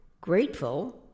Grateful